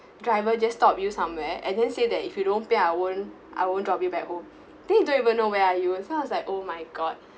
driver just stop you somewhere and then say that if you don't pay I won't I won't drop you back home then you don't even know where are you so I was like oh my god